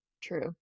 True